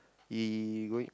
he going